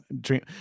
dream